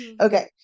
Okay